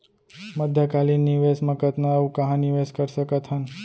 मध्यकालीन निवेश म कतना अऊ कहाँ निवेश कर सकत हन?